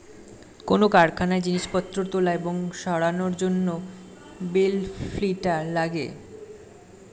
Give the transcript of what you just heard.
কোন কারখানায় জিনিসপত্র তোলা এবং সরানোর জন্যে বেল লিফ্টার লাগে